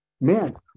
Man